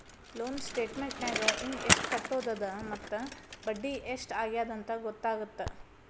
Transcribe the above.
loan ಸ್ಟೇಟಮೆಂಟ್ನ್ಯಾಗ ಇನ ಎಷ್ಟ್ ಕಟ್ಟೋದದ ಮತ್ತ ಬಡ್ಡಿ ಎಷ್ಟ್ ಆಗ್ಯದಂತ ಗೊತ್ತಾಗತ್ತ